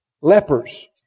Lepers